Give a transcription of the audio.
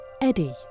Eddie